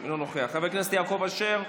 אינו נוכח, חבר הכנסת יעקב אשר,